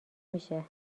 میشه